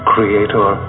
Creator